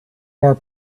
are